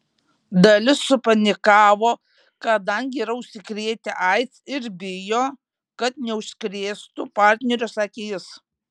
dalis supanikavo kadangi yra užsikrėtę aids ir bijo kad neužkrėstų partnerio sakė jis